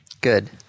Good